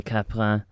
Capra